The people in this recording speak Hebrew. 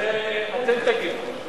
את זה אתם תגידו.